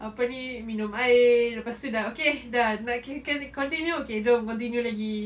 apa ni minum air lepas tu dah okay dah nak can continue okay jom continue lagi